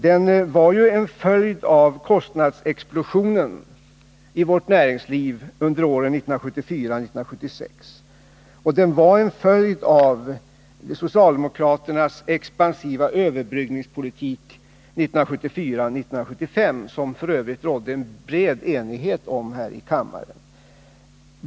Den var ju en följd av kostnadsexplosionen i vårt näringsliv under åren 1974-1976, och den var en följd av socialdemokraternas expansiva överbryggningspolitik 1974-1975.